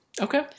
Okay